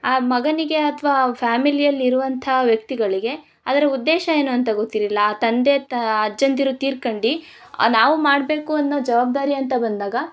ಆ ಮಗನಿಗೆ ಅಥ್ವಾ ಫ್ಯಾಮಿಲಿಯಲ್ಲಿ ಇರುವಂಥ ವ್ಯಕ್ತಿಗಳಿಗೆ ಅದರ ಉದ್ದೇಶ ಏನು ಅಂತ ಗೊತ್ತಿರೊಲ್ಲ ಆ ತಂದೆ ತಾ ಅಜ್ಜಂದಿರು ತೀರ್ಕಂಡು ನಾವು ಮಾಡಬೇಕು ಅನ್ನೋ ಜವಾಬ್ದಾರಿ ಅಂತ ಬಂದಾಗ